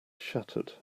shattered